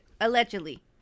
Allegedly